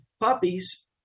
puppies